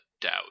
doubt